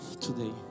today